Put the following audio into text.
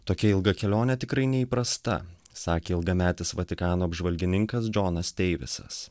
tokia ilga kelionė tikrai neįprasta sakė ilgametis vatikano apžvalgininkas džonas deivisas